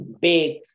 Big